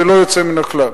ללא יוצא מן הכלל.